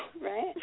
right